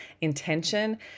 intention